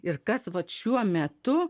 ir kas vat šiuo metu